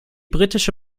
britische